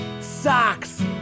Socks